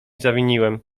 zawiniłem